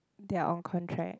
they are on contract